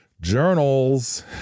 journals